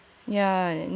yeah